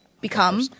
become